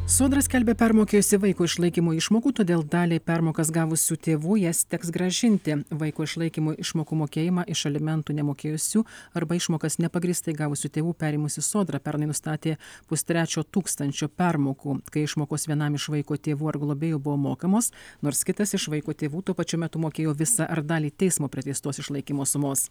sodra skelbia permokėjusi vaiko išlaikymo išmokų todėl daliai permokas gavusių tėvų jas teks grąžinti vaiko išlaikymo išmokų mokėjimą iš alimentų nemokėjusių arba išmokas nepagrįstai gavusių tėvų perėmusi sodra pernai nustatė pustrečio tūkstančio permokų kai išmokos vienam iš vaiko tėvų ar globėjų buvo mokamos nors kitas iš vaiko tėvų tuo pačiu metu mokėjo visą ar dalį teismo priteistos išlaikymo sumos